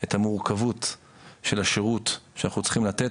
את המורכבות של השירות שאנחנו צריכים לתת.